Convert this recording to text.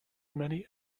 many